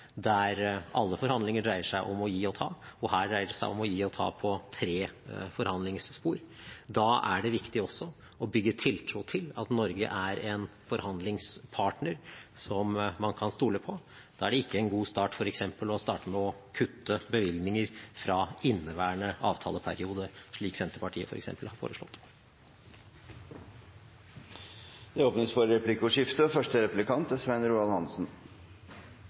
der alle forhandlinger dreier seg om å gi og ta. Her dreier det seg om å gi og ta på tre forhandlingsspor. Da er det viktig også å bygge tiltro til at Norge er en forhandlingspartner som man kan stole på. Da er det ikke en god start f.eks. å kutte bevilgninger fra inneværende avtaleperiode, slik Senterpartiet f.eks. har foreslått. Det åpnes for replikkordskifte.